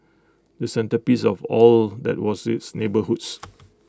the centrepiece of all that was its neighbourhoods